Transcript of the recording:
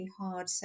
hard